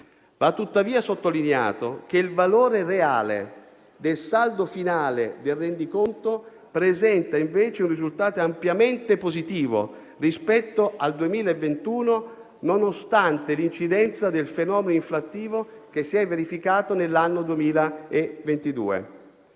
Va tuttavia sottolineato che il valore reale del saldo finale del rendiconto presenta invece un risultato ampiamente positivo rispetto al 2021, nonostante l'incidenza del fenomeno inflattivo che si è verificato nell'anno 2022.